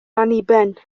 anniben